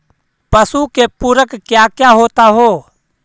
पशु के पुरक क्या क्या होता हो?